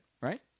right